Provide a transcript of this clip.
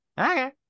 Okay